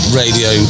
radio